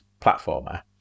platformer